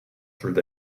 through